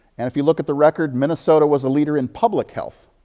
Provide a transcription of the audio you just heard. and if you look at the record, minnesota was a leader in public health.